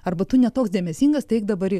arba tu ne toks dėmesingas tai eik dabar į